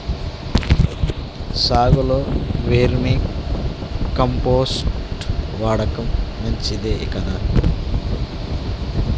సాగులో vermicompost వాడటం మంచిదే కదా?